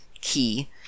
key